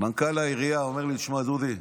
מנכ"ל העירייה, אומר לי: תשמע, דודי,